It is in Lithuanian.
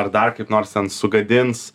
ar dar kaip nors sugadins